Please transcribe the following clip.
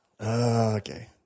Okay